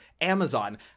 Amazon